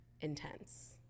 intense